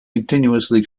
continuously